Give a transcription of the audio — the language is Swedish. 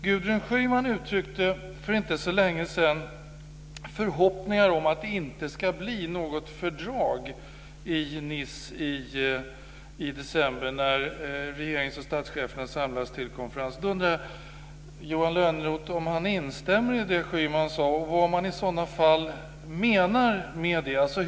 Gudrun Schyman uttryckte för inte så länge sedan förhoppningar om att det inte ska bli något fördrag i Nice i december när regerings och statscheferna samlas till konferens. Jag undrar om Johan Lönnroth instämmer i det som Schyman sade, och vad man i så fall menar med det.